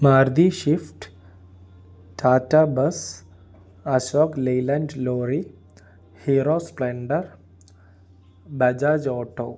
Maruti Swift Tata bus Ashok Leyland lorry Hero Splendor Bajaj auto